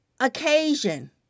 occasion